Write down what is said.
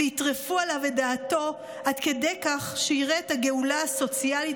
ויטרפו עליו את דעתו עד כדי כך שיראה את הגאולה הסוציאלית